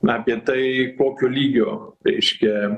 na apie tai kokio lygio reiškia